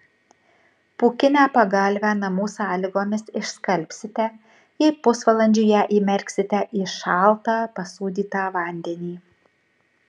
pūkinę pagalvę namų sąlygomis išskalbsite jei pusvalandžiui ją įmerksite į šaltą pasūdytą vandenį